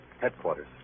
headquarters